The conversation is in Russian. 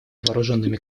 вооруженными